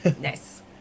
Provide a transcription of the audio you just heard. Nice